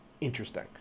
interesting